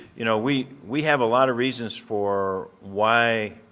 you know, we we have a lot of reasons for why